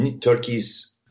Turkey's